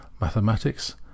mathematics